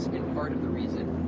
in part, of the reason